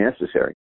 necessary